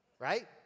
Right